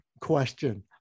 question